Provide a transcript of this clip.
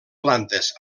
plantes